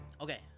Okay